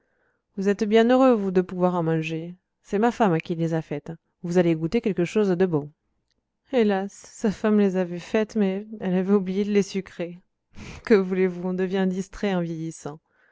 vous êtes bien heureux vous de pouvoir en manger c'est ma femme qui les a faites vous allez goûter quelque chose de bon hélas sa femme les avait faites mais elle avait oublié de les sucrer que voulez-vous on devient distrait en vieillissant